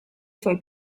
suoi